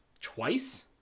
twice